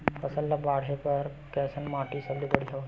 फसल ला बाढ़े बर कैसन माटी सबले बढ़िया होथे?